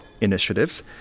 initiatives